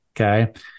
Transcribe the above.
Okay